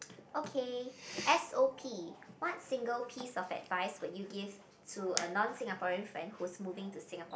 okay s_o_p what single piece of advice would you give to a non Singaporean friend who's moving to Singapore